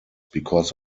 because